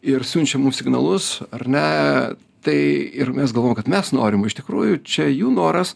ir siunčia mums signalus ar ne tai ir mes galvojam kad mes norim o iš tikrųjų čia jų noras